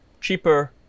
cheaper